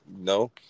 No